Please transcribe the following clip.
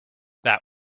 that